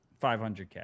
500k